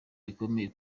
bikomeye